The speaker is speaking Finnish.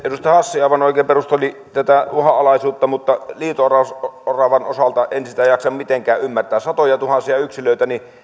edustaja hassi aivan oikein perusteli tätä uhanalaisuutta mutta liito oravan osalta en sitä jaksa mitenkään ymmärtää satojatuhansia yksilöitä